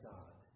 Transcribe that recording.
God